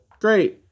Great